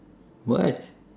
what